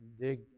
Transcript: dig